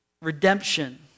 redemption